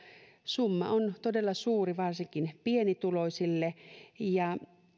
summa on todella suuri varsinkin pienituloisille ja